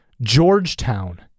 Georgetown